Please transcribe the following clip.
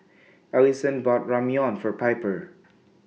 Alyson bought Ramyeon For Piper